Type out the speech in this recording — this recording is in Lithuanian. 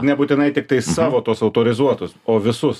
nebūtinai tiktai savo tuos autorizuotus o visus